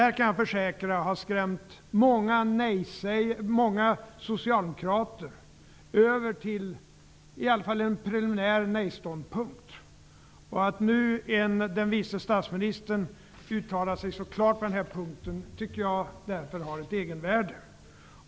Jag kan försäkra att det har skrämt många socialdemokrater över till en i varje fall preliminär nej-ståndpunkt. Att vice statsministern nu uttalar sig så klart på denna punkt har därför ett egenvärde.